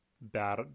bad